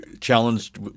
challenged